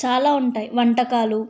చాలా ఉంటాయి వంటకాలు